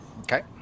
okay